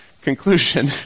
conclusion